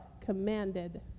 commanded